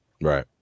Right